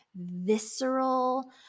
visceral